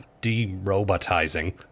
de-robotizing